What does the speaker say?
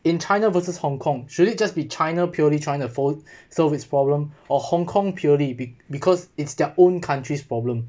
in china versus hong kong surely just be china purely china fall solve his problem or hong kong purely be~ because it's their own countries problem